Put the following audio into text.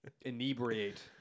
inebriate